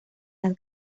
las